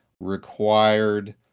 required